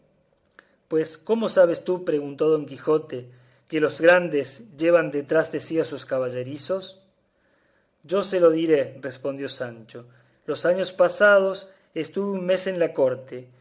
pues cómo sabes tú preguntó don quijote que los grandes llevan detrás de sí a sus caballerizos yo se lo diré respondió sancho los años pasados estuve un mes en la corte